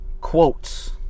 quotes